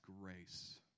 grace